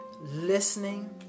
listening